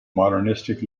modernist